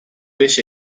beş